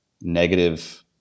negative